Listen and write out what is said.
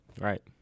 right